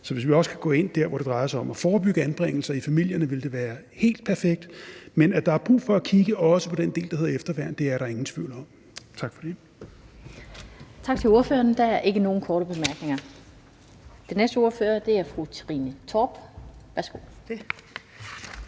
hvis vi også skal gå ind der, hvor det drejer sig om at forebygge anbringelser i familierne, vil det være helt perfekt. Men at der også er brug for at kigge på den del, der hedder efterværn, er der ingen tvivl om. Tak for det. Kl. 18:17 Den fg. formand (Annette Lind): Tak til ordføreren. Der er ikke nogen korte bemærkninger. Den næste ordfører er fru Trine Torp. Værsgo.